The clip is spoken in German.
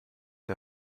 der